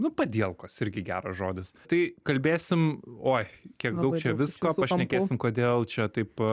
nu padielkos irgi geras žodis tai kalbėsim oj kiek daug čia visko pašnekėsim kodėl čia taip